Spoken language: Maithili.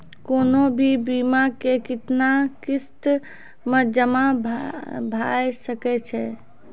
कोनो भी बीमा के कितना किस्त मे जमा भाय सके छै?